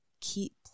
keep